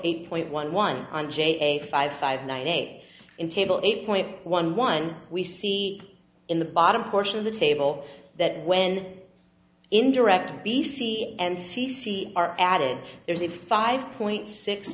eight point one one one j a five five nine eight in table eight point one one we see in the bottom portion of the table that when indirect b c and c c are added there is a five point six